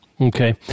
Okay